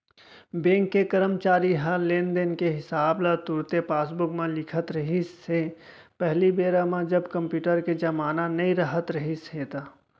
bank के करमचारी ह लेन देन के हिसाब ल तुरते पासबूक म लिखत रिहिस हे पहिली बेरा म जब कम्प्यूटर के जमाना नइ राहत रिहिस हे ता